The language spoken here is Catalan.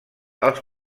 als